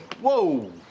whoa